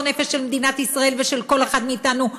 הנפש של מדינת ישראל ושל כל אחד מאתנו,